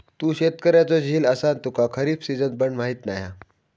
तू शेतकऱ्याचो झील असान तुका खरीप सिजन पण माहीत नाय हा